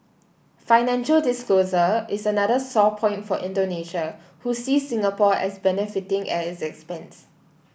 financial disclosure is another sore point for Indonesia who sees Singapore as benefiting as its expense